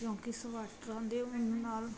ਕਿਉਂਕਿ ਸਵਾਟਰਾਂ ਦੇ ਨਾਲ